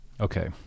okay